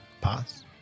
pass